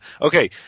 Okay